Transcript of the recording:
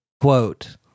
Quote